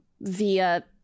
via